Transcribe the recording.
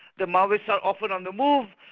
the maoists are often on the move,